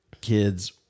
kids